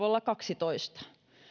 olla kaksitoista